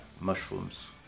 mushrooms